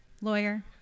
lawyer